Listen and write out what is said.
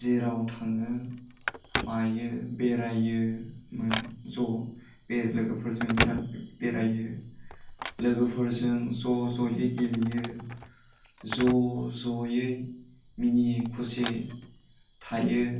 जेराव थाङो मायो बेराइयो मोन ज' बे लोगोफोरजों बेराथ बेराइयो लोगोफोरजों ज' जयै गेलेयो ज' जयै मिनियै खुसियै थायो